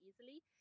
easily